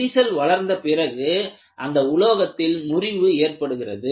விரிசல் வளர்ந்த பிறகு அந்த உலோகத்தில் முறிவு ஏற்படுகிறது